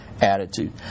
attitude